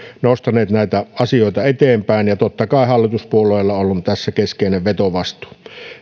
nostaneet näitä asioita eteenpäin ja totta kai hallituspuolueilla on ollut tässä keskeinen vetovastuu